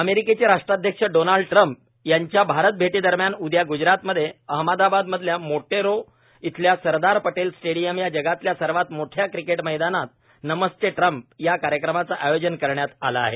अमेरिकेचे राष्ट्राध्यक्ष Donald Trump यांच्या भारत भेटीदरम्यान उद्या ग्जरातमध्ये अहमदाबाद मधल्या मोटेरा इथल्या सरदार पटेल स्टेडिअम या जगातल्या सर्वात मोठ्या क्रिकेट मैदानात नमस्ते ट्रम्प या कार्यक्रमाचं आयोजन करण्यात आलं आहे